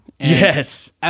Yes